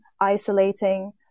isolating